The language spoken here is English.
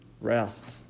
rest